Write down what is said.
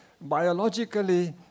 Biologically